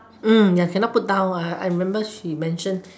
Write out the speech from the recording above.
mm ya cannot put down I remember she mention